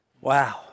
Wow